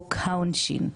וחוק העונשין.